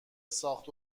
ساخت